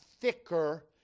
thicker